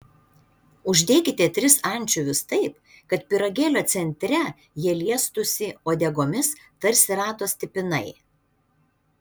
uždėkite tris ančiuvius taip kad pyragėlio centre jie liestųsi uodegomis tarsi rato stipinai